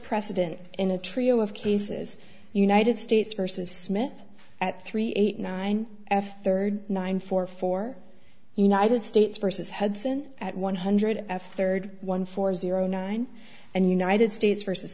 precedent in a trio of cases united states versus smith at three eight nine f third nine four four united states versus had seven at one hundred f third one four zero nine and united states versus